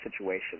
situation